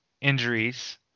injuries